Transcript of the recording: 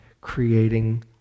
creating